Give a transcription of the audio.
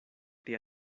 pri